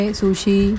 sushi